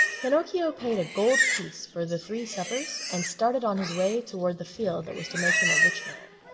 pinocchio paid a gold piece for the three suppers and started on his way toward the field that was to make him a rich man.